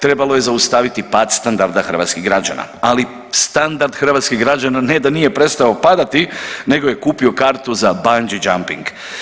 Trebalo je zaustaviti pad standarda hrvatskih građana, ali standard hrvatskih građana ne da nije prestao padati nego je kupi kartu za bungee jumping.